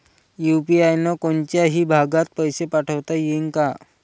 UPI न कोनच्याही भागात पैसे पाठवता येईन का?